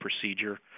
procedure